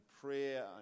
prayer